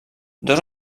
dos